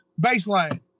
baseline